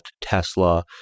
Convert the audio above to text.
Tesla